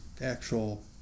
actual